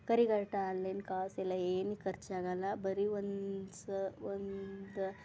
ಕರಿಘಟ್ಟ ಅಲ್ಲೇನು ಕಾಸೆಲ್ಲ ಏನು ಖರ್ಚಾಗಲ್ಲ ಬರೀ ಒಂದು ಸಹ ಒಂದು